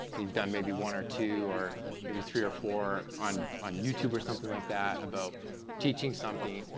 you've done maybe one or two, or maybe three or four on on youtube or something like that, about teaching something.